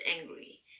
angry